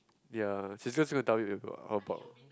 ya she's she's gonna tell you about how about